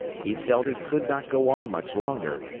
he felt he could not go on much longer,